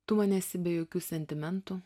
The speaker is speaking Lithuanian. tu man esi be jokių sentimentų